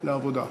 אוקיי.